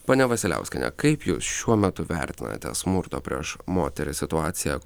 pone vasiliauskiene kaip jūs šiuo metu vertinate smurto prieš moteris situaciją